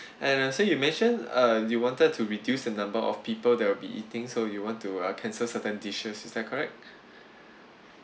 and uh so you mentioned uh you wanted to reduce the number of people that'll be eating so you want to uh cancel certain dishes is that correct